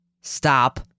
stop